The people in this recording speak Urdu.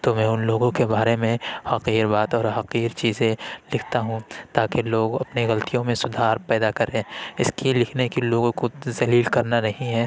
تو میں اُن لوگوں کے بارے میں حقیر بات اور حقیر چیزیں لکھتا ہوں تاکہ لوگ اپنی غلطیوں میں سدھار پیدا کریں اِس کی لکھنے کی لوگوں کو ذلیل کرنا نہیں ہے